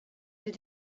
did